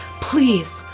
Please